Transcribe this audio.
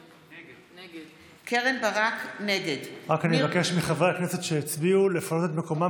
נגד אני מבקש מחברי הכנסת שהצביעו לפנות את מקומם